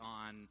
on